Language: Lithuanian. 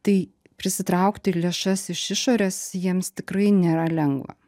tai prisitraukti lėšas iš išorės jiems tikrai nėra lengva